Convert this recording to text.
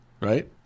Right